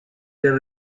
del